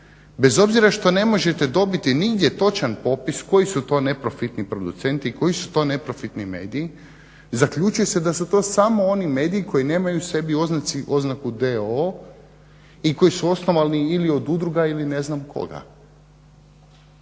Bez obzira što ne možete dobiti nigdje točan popis koji su to neprofitni producenti i koji su to neprofitni mediji, zaključuje se da su to samo oni mediji koji nemaju u sebi oznaku d.o.o. i koji su osnovani ili od udruga ili ne znam koga.